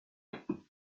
règles